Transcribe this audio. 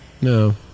No